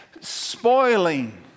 spoiling